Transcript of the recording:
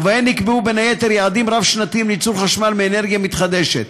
ובהן נקבעו בין היתר יעדים רב-שנתיים לייצור חשמל מאנרגיה מתחדשת.